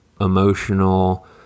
emotional